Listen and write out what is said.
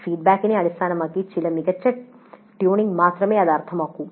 ഫീഡ്ബാക്കിനെ അടിസ്ഥാനമാക്കി ചില മികച്ച ട്യൂണിംഗ് മാത്രമേ ഇത് അർത്ഥമാക്കൂ